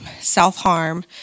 self-harm